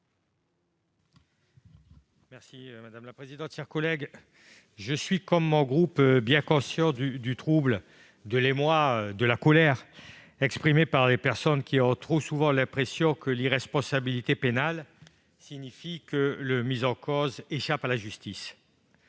de vote. Je suis, comme tous les membres de mon groupe, bien conscient du trouble, de l'émoi, de la colère exprimés par les personnes qui ont trop souvent l'impression que l'irresponsabilité pénale signifie que le mis en cause échappe à la justice.